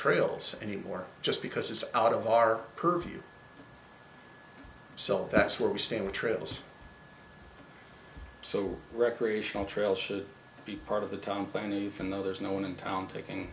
trails anymore just because it's out of our purview so that's where we stand trails so recreational trail should be part of the town plan even though there's no one in town taking